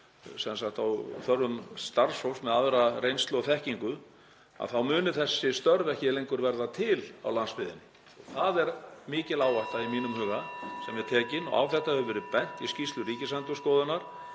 og á þörf um starfsfólk með aðra reynslu og þekkingu þá muni þessi störf ekki lengur vera til á landsbyggðinni. Það er mikil áhætta (Forseti hringir.) í mínum huga sem er tekin og á þetta hefur verið bent í skýrslu Ríkisendurskoðunar.